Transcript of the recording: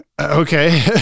Okay